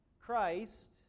Christ